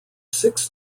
six